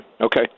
Okay